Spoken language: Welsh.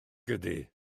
ydy